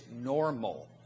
normal